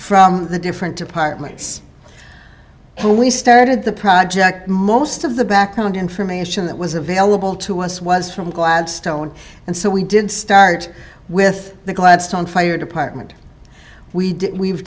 from the different departments when we started the project most of the background information that was available to us was from gladstone and so we did start with the gladstone fire department we did we've